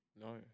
no